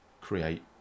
create